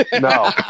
no